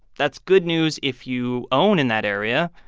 that's good news if you own in that area.